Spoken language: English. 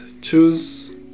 choose